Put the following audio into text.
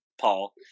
paul